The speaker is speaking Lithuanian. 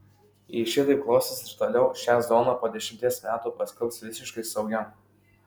jei šitaip klosis ir toliau šią zoną po dešimties metų paskelbs visiškai saugia